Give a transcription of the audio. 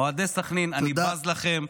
אוהדי סח'נין, אני בז לכם.